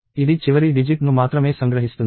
ఇది చివరి డిజిట్ ను మాత్రమే సంగ్రహిస్తుంది